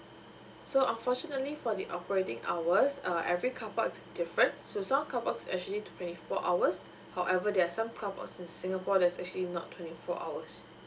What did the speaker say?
so unfortunately for the operating hours uh every carpark is different so some carparks are actually twenty four hours however there are some carparks in singapore that is actually not twenty four hours